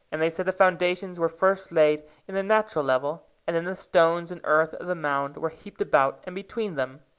and they said the foundations were first laid in the natural level, and then the stones and earth of the mound were heaped about and between them,